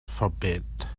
forbid